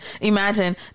imagine